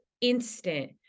instant